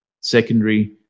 Secondary